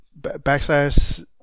backslash